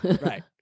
right